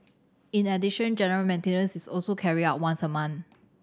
in addition general maintenance is also carried out once a month